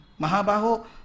Mahabaho